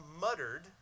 muttered